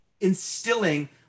instilling